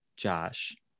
Josh